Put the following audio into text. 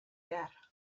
behar